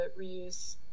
reuse